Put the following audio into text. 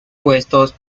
puestos